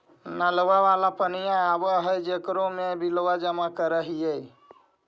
नलवा वाला पनिया आव है जेकरो मे बिलवा जमा करहिऐ?